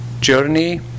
journey